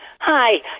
Hi